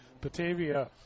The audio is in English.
Batavia